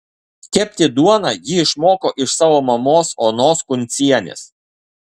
kepti duoną ji išmoko iš savo mamos onos kuncienės